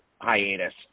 hiatus